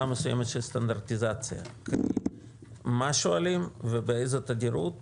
מסוימת של סטנדרטיזציה מה שואלים ובאיזו תדירות